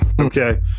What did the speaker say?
Okay